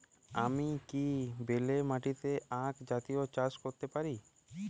আমি কি বেলে মাটিতে আক জাতীয় চাষ করতে পারি?